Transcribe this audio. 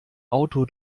auto